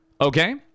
okay